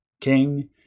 king